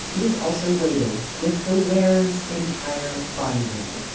it is also weighted with the wearer's entire body weight.